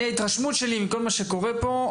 מההתרשמות שלי למה שקורה פה,